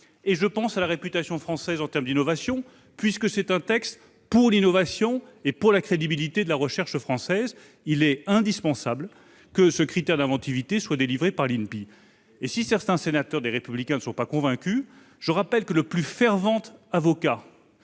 et je pense à la réputation française en termes d'innovation. Ce texte étant destiné à l'innovation et à la crédibilité de la recherche française, il est indispensable que ce critère d'inventivité soit délivré par l'INPI. Si certains sénateurs du groupe Les Républicains ne sont pas convaincus, je veux rappeler que le plus fervent avocat